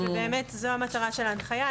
ובאמת זו המטרה של ההנחיה,